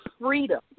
freedom